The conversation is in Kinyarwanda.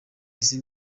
izi